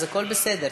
אז הכול בסדר.